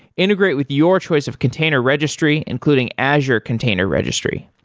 integrate with your choice of container registry, including azure container registry.